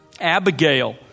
Abigail